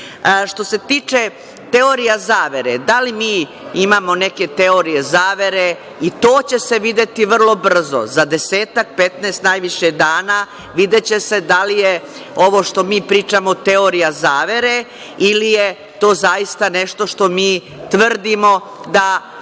se tiče teorija zavere, da li mi imamo neke teorije zavere i to će se videti vrlo brzo, za desetak, 15 dana, videće se da li je ovo što mi pričamo teorija zavere ili je to zaista nešto što mi tvrdimo da